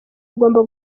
ugomba